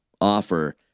offer